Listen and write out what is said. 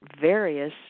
various